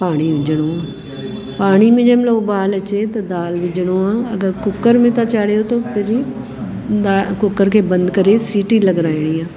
पाणी विझणो आहे पाणीअ में जंहिं महिल उॿाल अचे त दाल विझणो आहे अगरि कुकर में तव्हां चाढ़ियो त पहिरीं दा कुकर खे बंदि करे सीटी लॻाराइणी आहे